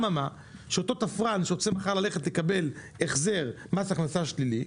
אותו תפרן שרוצה ללכת מחר לקבל החזר מס הכנסה שלילי,